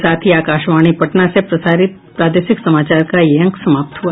इसके साथ ही आकाशवाणी पटना से प्रसारित प्रादेशिक समाचार का ये अंक समाप्त हुआ